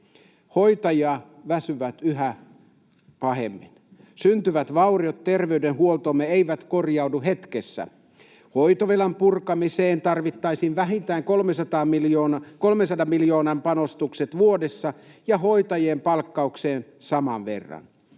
Hoitajat väsyvät yhä pahemmin. Syntyvät vauriot terveydenhuoltoomme eivät korjaudu hetkessä. Hoitovelan purkamiseen tarvittaisiin vähintään 300 miljoonan panostukset vuodessa ja hoitajien palkkaukseen saman verran.